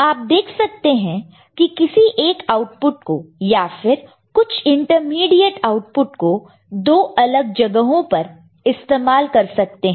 आप देख सकते हैं किसी एक आउटपुट को या फिर कुछ इंटरमीडिएट आउटपुट को दो अलग जगहों पर इस्तेमाल कर सकते हैं